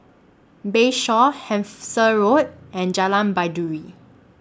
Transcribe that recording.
Bayshore Hampshire Road and Jalan Baiduri